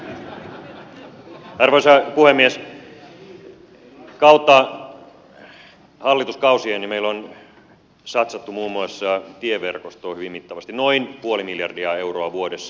kautta hallituskausien meillä on satsattu muun muassa tieverkostoon hyvin mittavasti noin puoli miljardia euroa vuodessa